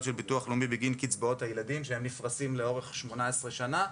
של ביטוח לאומי בגין קצבאות הילדים שנפרשים לאורך 18 שנה,